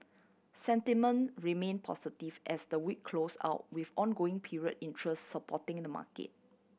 sentiment remain positive as the week close out with ongoing period interest supporting the market